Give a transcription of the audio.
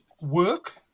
work